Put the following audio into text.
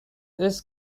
this